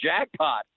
jackpot